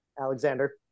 Alexander